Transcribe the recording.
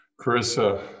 Carissa